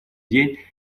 день